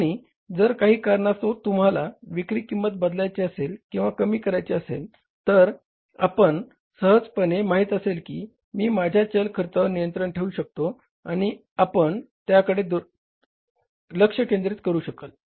आणि जर काही कारणास्तव तुम्हाला विक्री किंमत बदलायची असेल किंवा कमी करायची असेल तर आपणास सहजपणे माहित असेल की मी माझ्या चल खर्चावर नियंत्रण ठेवू शकतो आणि आपण त्याकडे लक्ष केंद्रित कराल